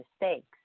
mistakes